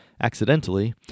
accidentally